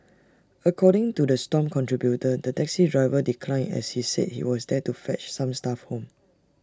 according to the stomp contributor the taxi driver declined as he said he was there to fetch some staff home